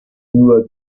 nur